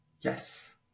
Yes